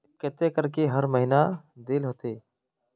केते करके हर महीना देल होते?